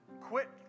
quit